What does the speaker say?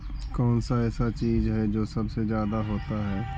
कौन सा ऐसा चीज है जो सबसे ज्यादा होता है?